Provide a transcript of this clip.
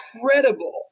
incredible